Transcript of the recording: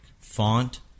font